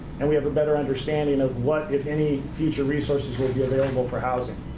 and we have a better understanding of what, if any, future resources will be available for housing.